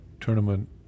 tournament